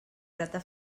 grata